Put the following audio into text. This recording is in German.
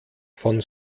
von